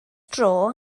dro